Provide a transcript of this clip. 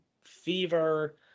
fever